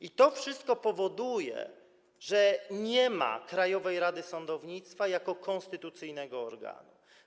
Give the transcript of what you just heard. I to wszystko powoduje, że nie ma Krajowej Rady Sądownictwa jako konstytucyjnego organu.